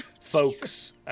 folks